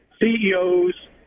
CEOs